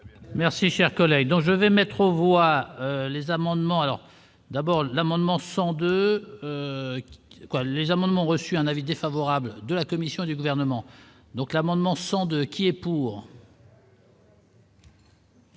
Merci, cher collègue, donc je vais mettre aux voix les amendements alors d'abord, l'amendement 102 collèges amendements ont reçu un avis défavorable de la commission du gouvernement donc l'amendement 102 qui est pour.